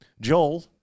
joel